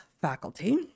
faculty